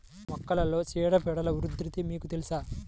మొక్కలలో చీడపీడల ఉధృతి మీకు తెలుసా?